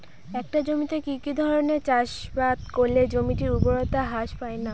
একটা জমিতে কি কি ধরনের চাষাবাদ করলে জমির উর্বরতা হ্রাস পায়না?